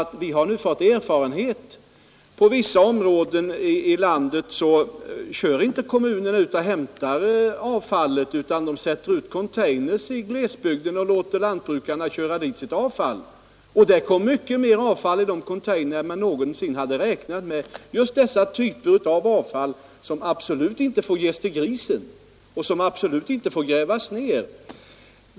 På vissa håll i landet hämtar man inte avfallet genom kommunernas försorg på fastigheterna, utan man sätter ut container i glesbygderna och låter lantbrukarna köra sitt avfall dit. Det har kommit mycket mer avfall i dessa container än man någonsin räknat med — just dessa typer av avfall som absolut inte får ges till grisen och som absolut inte får grävas ner.